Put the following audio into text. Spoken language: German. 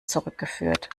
zurückgeführt